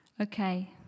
Okay